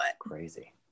Crazy